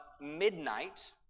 Midnight